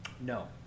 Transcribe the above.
No